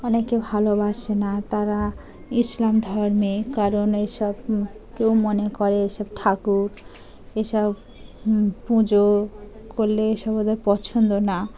অনেকে ভালোবাসে না তারা ইসলাম ধর্মে কারণ এইসব কেউ মনে করে এইসব ঠাকুর এসব পুজো করলে এসব ওদের পছন্দ না